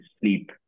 sleep